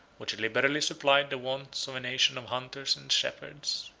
which liberally supplied the wants of a nation of hunters and shepherds.